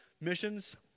missions